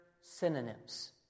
synonyms